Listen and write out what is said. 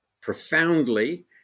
profoundly